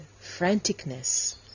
franticness